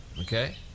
Okay